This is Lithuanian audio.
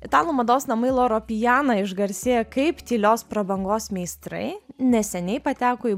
italų mados namai loro piana išgarsėję kaip tylios prabangos meistrai neseniai pateko į